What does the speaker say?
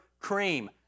cream